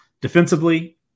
Defensively